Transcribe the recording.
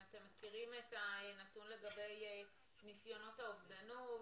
האם אתם מכירים את הנתון לגבי ניסיונות האובדנות,